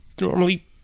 normally